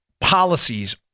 policies